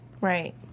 Right